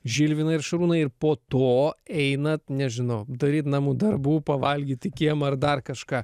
žilvinai ir šarūnai ir po to einat nežinau daryt namų darbų pavalgyt į kiemą ar dar kažką